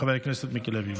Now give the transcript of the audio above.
חבר הכנסת מיקי לוי.